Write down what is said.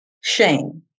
shame